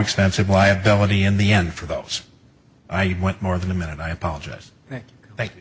coextensive liability in the end for those i went more than a minute i apologise